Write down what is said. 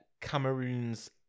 Cameroon's